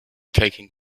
taking